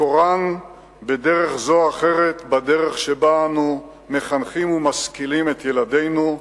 מקורן בדרך זו או אחרת בדרך שבה אנו מחנכים ומשכילים את ילדינו,